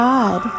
God